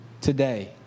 today